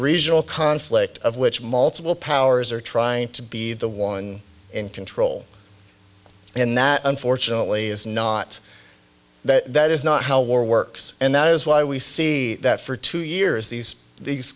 regional conflict of which multiple powers are trying to be the one in control and that unfortunately is not that is not how war works and that is why we see that for two years these these